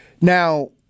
Now